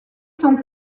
sont